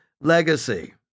legacy